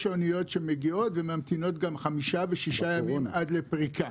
יש אניות שמגיעות וממתינות גם חמישה ושישה ימים עד לפריקה.